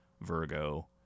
Virgo